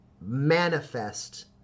manifest